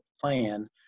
plan